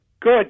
Good